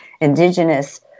indigenous